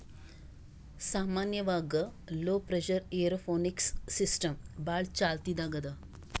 ಸಾಮಾನ್ಯವಾಗ್ low pressure aeroponics system ಭಾಳ್ ಚಾಲ್ತಿದಾಗ್ ಅದಾ